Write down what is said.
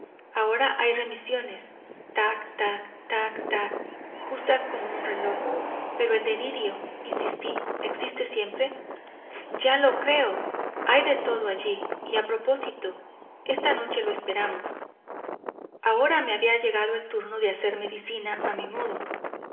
ahora hay remisiones tac tac tac justas como un reloj pero el delirio insistí existe siempre ya lo creo hay de todo allí y a propósito esta noche lo esperamos ahora me había llegado el turno de hacer medicina a mi modo